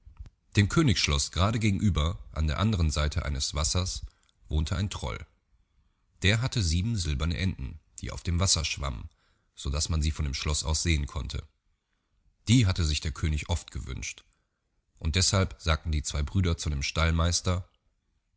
dem königsschloß grade gegenüber an der andern seite eines wassers wohnte ein troll der hatte sieben silberne enten die auf dem wasser schwammen so daß man sie von dem schloß aus sehen konnte die hatte sich der könig oft gewünscht und deßhalb sagten die zwei brüder zu dem stallmeister